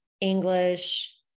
English